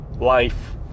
life